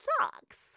socks